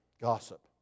Gossip